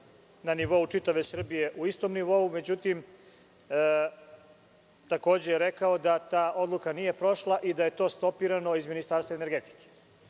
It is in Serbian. na nivou čitave Srbije u istom nivou, međutim, takođe je rekao da ta odluka nije prošla i da je to stopirano iz Ministarstva energetike. Postavljam